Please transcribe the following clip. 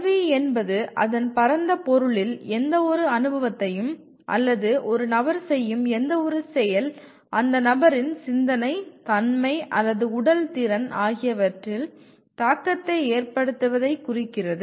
கல்வி என்பது அதன் பரந்த பொருளில் எந்தவொரு அனுபவத்தையும் அல்லது ஒரு நபர் செய்யும் எந்தவொரு செயல் அந்த நபரின் சிந்தனை தன்மை அல்லது உடல் திறன் ஆகியவற்றில் தாக்கத்தை ஏற்படுத்துவதை குறிக்கிறது